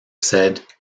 said